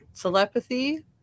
telepathy